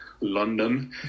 London